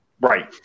right